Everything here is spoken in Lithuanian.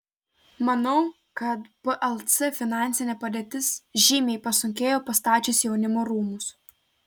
manau kad plc finansinė padėtis žymiai pasunkėjo pastačius jaunimo rūmus